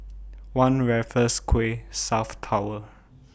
one Raffles Quay South Tower